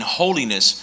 holiness